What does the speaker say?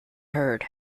heard